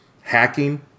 Hacking